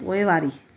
पोइवारी